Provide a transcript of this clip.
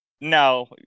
No